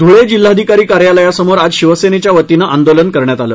धुळे जिल्हाधिकारी कार्यालयासमोर आज शिवसेनेच्यावतीनं आंदोलन करण्यात आलं